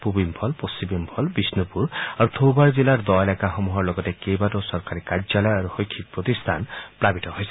পূব ইম্ফল পশ্চিম ইম্ফল বিষ্ণুপুৰ আৰু যৌবাল জিলাৰ দ এলেকাসমূহৰ লগতে কেইবাটাও চৰকাৰী কাৰ্যালয় আৰু শৈক্ষিক প্ৰতিষ্ঠান প্লাৱিত হৈছে